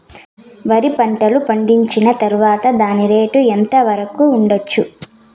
వరి పంటలు పండించిన తర్వాత దాని రేటు ఎంత వరకు ఉండచ్చు